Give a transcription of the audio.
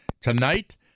tonight